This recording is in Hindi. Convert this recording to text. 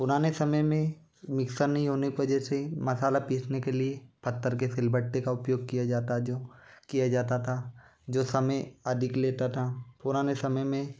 पुराने समय में मिक्सर नहीं होने के वजह से मसाला पीसने के लिए पत्थर के सिलबट्टे का उपयोग किया जाता जो किया जाता था जो समय अधिक लेता था पुराने समय में